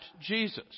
Jesus